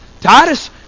Titus